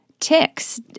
Ticks